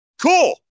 cool